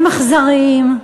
הם אכזריים.